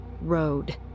road